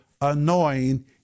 annoying